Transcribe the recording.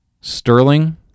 Sterling